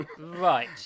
Right